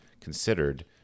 considered